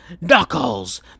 Knuckles